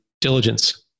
diligence